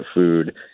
food